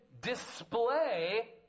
display